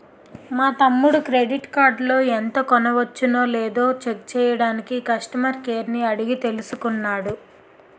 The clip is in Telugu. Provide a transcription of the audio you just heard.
మా తమ్ముడు క్రెడిట్ కార్డులో ఎంత కొనవచ్చునో లేదో చెక్ చెయ్యడానికి కష్టమర్ కేర్ ని అడిగి తెలుసుకున్నాడు